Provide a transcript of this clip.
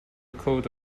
coat